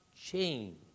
change